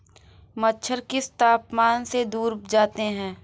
मच्छर किस तापमान से दूर जाते हैं?